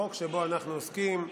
החוק שבו אנחנו עוסקים,